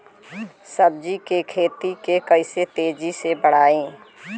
सब्जी के खेती के कइसे तेजी से बढ़ाई?